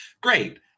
great